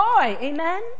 Amen